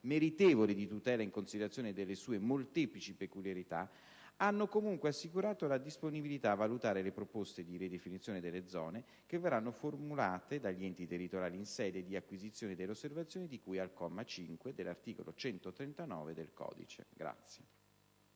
meritevole di tutela in considerazione delle sue molteplici peculiarità, hanno comunque assicurato la disponibilità a valutare le proposte di ridefinizione delle zone che verranno formulate dagli enti territoriali in sede di acquisizione delle osservazioni di cui al comma 5 dell'articolo 139 del codice. **Saluto